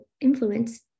influence